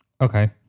Okay